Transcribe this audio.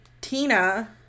Tina